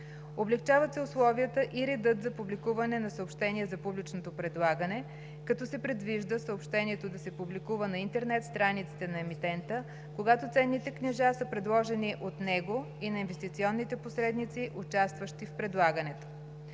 Облекчават се условията и редът за публикуване на съобщение за публичното предлагане, като се предвижда съобщението да се публикува на интернет страниците на емитента, когато ценните книжа са предложени от него, и на инвестиционните посредници, участващи в предлагането.